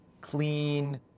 clean